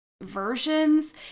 versions